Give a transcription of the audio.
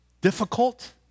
difficult